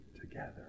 together